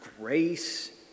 grace